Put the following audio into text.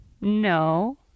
No